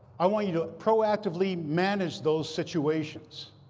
i want you to proactively manage those situations.